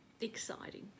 exciting